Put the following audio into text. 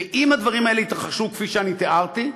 ואם הדברים האלה יתרחשו כפי שאני תיארתי,